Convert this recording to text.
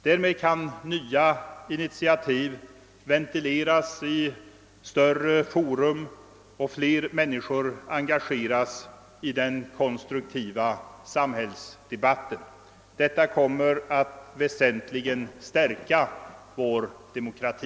Därmed kan nya initiativ ventileras i större forum och fler människor engageras i den konstruktiva samhällsdebatten. Detta kommer att väsentligt stärka vår demokrati.